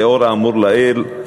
לאור האמור לעיל,